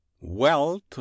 wealth